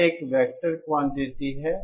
यह एक vector quantity है